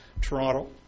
Toronto